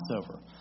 Passover